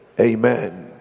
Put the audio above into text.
amen